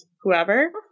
whoever